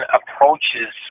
approaches